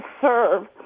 serve